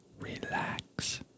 relax